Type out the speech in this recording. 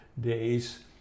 days